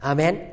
Amen